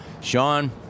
sean